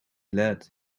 lad